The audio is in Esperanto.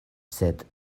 sed